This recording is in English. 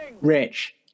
Rich